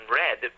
red